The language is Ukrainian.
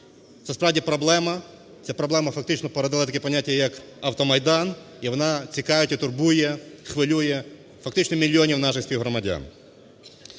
Це, справді, проблема. Ця проблема фактично породила таке поняття, як "Автомайдан", і вона цікавить і турбує, хвилює фактично мільйони наших співгромадян.